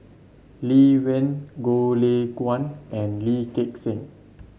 Lee Wen Goh Lay Kuan and Lee Gek Seng